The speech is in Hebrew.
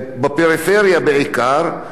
שסובלים מהמחלות האלה,